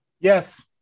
Yes